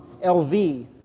LV